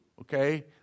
okay